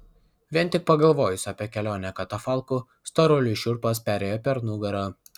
vien tik pagalvojus apie kelionę katafalku storuliui šiurpas perėjo per nugarą